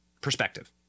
perspective